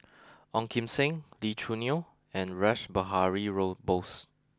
Ong Kim Seng Lee Choo Neo and Rash Behari Road Bose